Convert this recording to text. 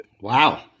Wow